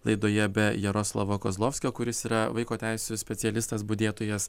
laidoje be jaroslavo kozlovskio kuris yra vaiko teisių specialistas budėtojas